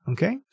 Okay